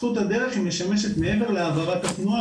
זכות הדרך היא משמשת מעבר להעברת התנועה